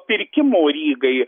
pirkimo rygai